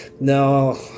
No